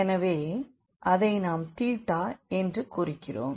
எனவே அதை தான் நாம் தீட்டா என்று குறிக்கின்றோம்